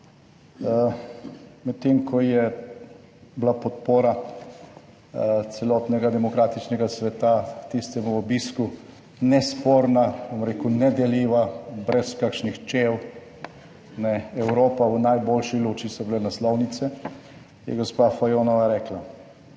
Medtem ko je bila podpora celotnega demokratičnega sveta tistemu obisku nesporna, bom rekel, nedeljiva, brez kakšnih čel, Evropa, v najboljši luči so bile naslovnice, je gospa Fajonova rekla: